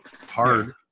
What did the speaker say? hard